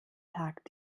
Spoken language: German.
tag